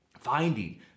finding